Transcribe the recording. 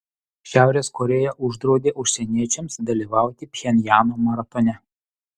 šiaurės korėja uždraudė užsieniečiams dalyvauti pchenjano maratone